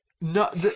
No